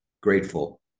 grateful